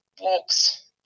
walks